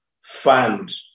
fund